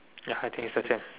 ya I think is the same